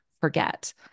forget